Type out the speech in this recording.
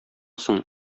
соң